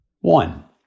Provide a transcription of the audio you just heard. One